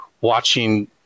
watching